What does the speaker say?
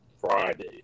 Friday